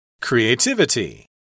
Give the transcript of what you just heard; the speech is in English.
Creativity